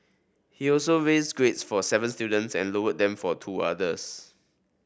he also raised grades for seven students and lowered them for two others